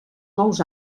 nous